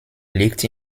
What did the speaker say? liegt